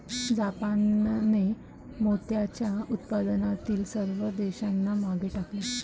जापानने मोत्याच्या उत्पादनातील सर्व देशांना मागे टाकले